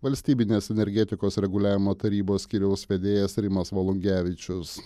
valstybinės energetikos reguliavimo tarybos skyriaus vedėjas rimas volungevičius